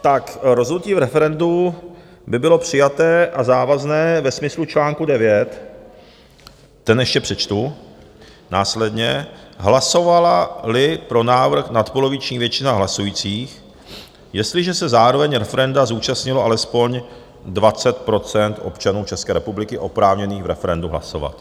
Tak rozhodnutí v referendu by bylo přijaté a závazné ve smyslu článku 9, ten ještě přečtu následně, hlasovalali pro návrh nadpoloviční většina hlasujících, jestliže se zároveň referenda zúčastnilo alespoň 20 % občanů České republiky oprávněných v referendu hlasovat.